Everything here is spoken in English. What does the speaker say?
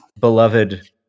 beloved